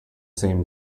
same